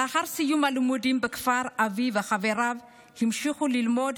לאחר סיום הלימודים בכפר אבי וחבריו המשיכו ללמוד